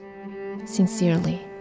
Sincerely